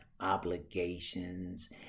obligations